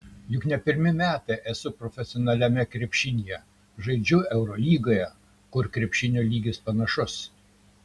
juk ne pirmi metai esu profesionaliame krepšinyje žaidžiu eurolygoje kur krepšinio lygis panašus